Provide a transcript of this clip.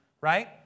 right